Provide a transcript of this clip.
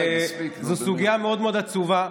זו סוגיה מאוד מאוד עצובה,